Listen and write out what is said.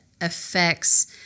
affects